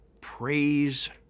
Praise